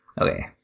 Okay